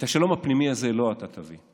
את השלום הפנימי הזה לא אתה תביא.